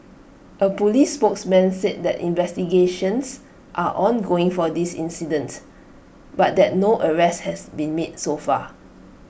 A Police spokesman said that investigations are ongoing for this incident but that no arrests has been made so far